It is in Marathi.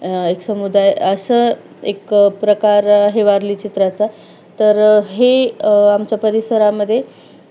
एक समुदाय असं एक प्रकार आहे वारली चित्राचा तर हे आमच्या परिसरामध्ये